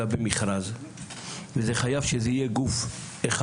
אלא במכרז וזה חייב שזה יהיה גוף אחד,